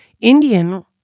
Indian